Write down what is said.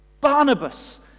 Barnabas